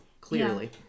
clearly